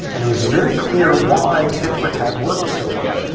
and it was very clear why tit for tat worked so well.